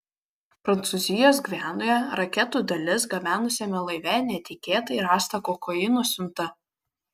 prancūzijos gvianoje raketų dalis gabenusiame laive netikėtai rasta kokaino siunta